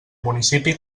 municipi